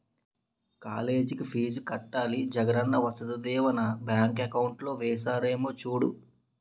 కాలేజికి ఫీజు కట్టాలి Jagananna Vasathi Deevena bank account లో ఏసారేమో సూడు